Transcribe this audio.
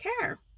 care